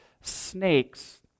snakes